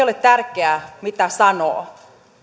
ole tärkeää mitä sanoo